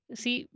see